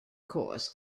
course